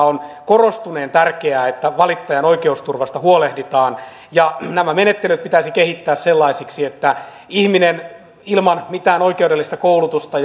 on korostuneen tärkeää että valittajan oikeusturvasta huolehditaan menettelyt pitäisi kehittää sellaisiksi että ihminen ilman mitään oikeudellista koulutusta